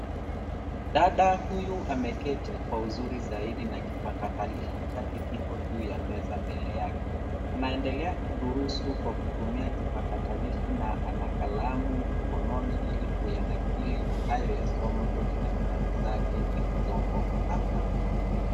Dada huyu ameketi kwa uzuri zaidi na kipakatalishi chake kipo juu ya meza mbele yake. Anaendelea kudurusu kwa kutumia kipakatalishi na ana kalamu mkononi ili kuyanakili anayoyasoma kwenye daftari zake zilizopo hapa.